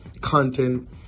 content